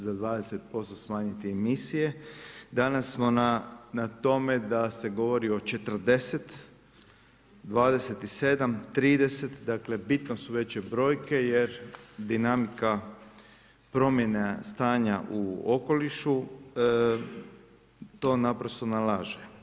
Za 20% smanjiti emisije, danas smo na tome da se govori o 40, 27, 30 dakle, bitno su veće brojke, jer dinamika, promjena stanja u okolišu, to naprosto nalaže.